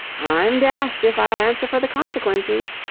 i'm dashed if i'll answer for the consequences.